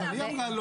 היא אמרה לו